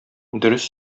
дөрес